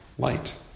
Light